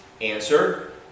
Answer